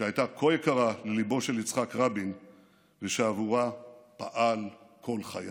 שהייתה כה יקרה לליבו של יצחק רבין ושעבורה פעל כל חייו.